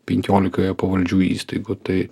penkiolikoje pavaldžių įstaigų tai